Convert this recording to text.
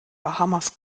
bahamas